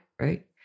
right